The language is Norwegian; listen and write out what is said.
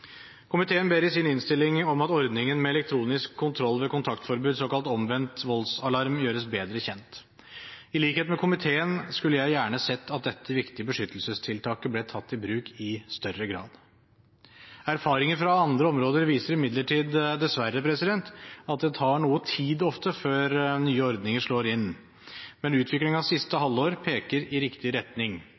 Komiteen ber i sin innstilling om at ordningen med elektronisk kontroll ved kontaktforbud – såkalt omvendt voldsalarm – gjøres bedre kjent. I likhet med komiteen skulle jeg gjerne sett at dette viktige beskyttelsestiltaket ble tatt i bruk i større grad. Erfaringer fra andre områder viser imidlertid dessverre at det ofte tar noe tid før nye ordninger slår inn, men utviklingen siste halvår peker i riktig retning.